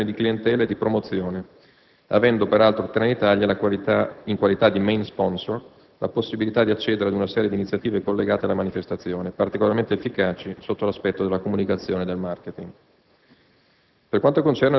oltre che di acquisizione di clientela e di promozione, avendo, peraltro, Trenitalia, in qualità di *main sponsor*, la possibilità di accedere ad una serie di iniziative collegate alla manifestazione, particolarmente efficaci sotto l'aspetto della comunicazione e del *marketing*.